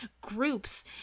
groups